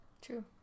true